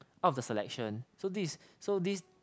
out of the selection so this so this